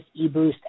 eBoost